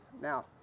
Now